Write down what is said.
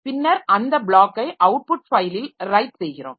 பின்னர் அந்தத் ப்ளாக்கை அவுட்புட் ஃபைலில் ரைட் செய்கிறோம்